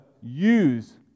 use